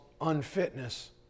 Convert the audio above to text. unfitness